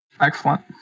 Excellent